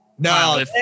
No